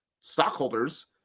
stockholders